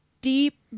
deep